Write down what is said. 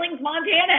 Montana